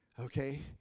okay